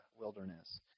wilderness